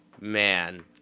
man